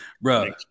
bro